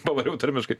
pavariau tarmiškai